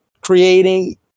creating